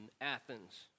Athens